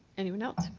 anyone else?